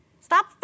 Stop